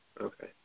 Okay